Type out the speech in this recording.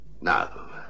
Now